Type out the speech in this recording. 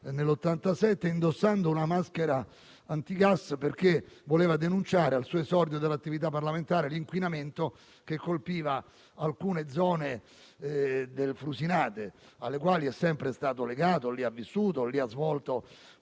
nel 1987 indossando una maschera antigas perché voleva denunciare, al suo esordio dell'attività parlamentare, l'inquinamento che colpiva alcune zone del frusinate alle quali è sempre stato legato: lì ha vissuto e lì ha svolto con